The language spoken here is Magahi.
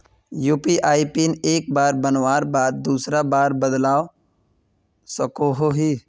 यु.पी.आई पिन एक बार बनवार बाद दूसरा बार बदलवा सकोहो ही?